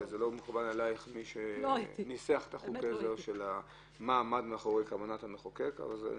את לא יודעת מה עמד מאחורי כוונת המחוקק בחוק העזר.